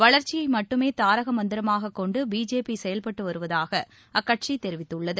வளர்ச்சியை மட்டுமே தாரக மந்திரமாகக் கொண்டு பிஜேபி செயல்பட்டு வருவதாக அக்கட்சி தெரிவித்துள்ளது